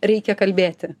reikia kalbėti